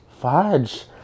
fudge